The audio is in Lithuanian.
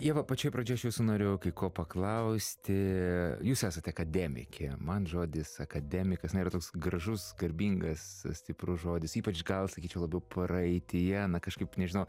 ieva pačioj pradžioj aš jūsų norėjau kai ko paklausti jūs esat akademikė man žodis akademikas na yra toks gražus garbingas stiprus žodis ypač gal sakyčiau labiau praeityje na kažkaip nežinau